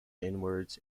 inwards